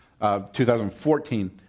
2014